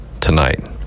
tonight